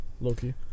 low-key